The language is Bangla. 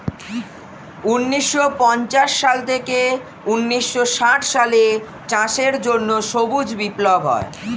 ঊন্নিশো পঞ্চাশ সাল থেকে ঊন্নিশো ষাট সালে চাষের জন্য সবুজ বিপ্লব হয়